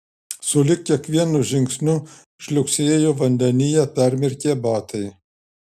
sulig kiekvienu žingsniu žliugsėjo vandenyje permirkę batai